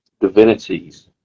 divinities